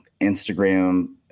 Instagram